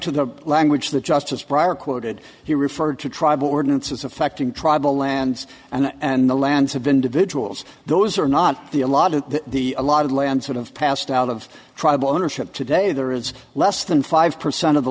to the language the justice prior quoted he referred to tribal ordinances affecting tribal lands and the lands of individuals those are not the a lot of the a lot of land sort of passed out of trouble ownership today there it's less than five percent of the